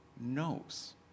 knows